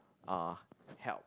uh help